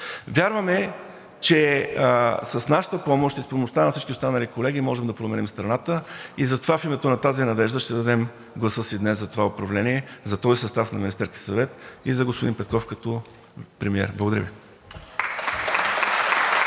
Вярваме, че с нашата помощ и с помощта на всички останали колеги можем да променим страната. Затова в името на тази надежда ще дадем гласа си днес за това управление, за този състав на Министерския съвет и за господин Петков като премиер. Благодаря Ви.